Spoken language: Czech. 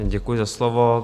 Děkuji za slovo.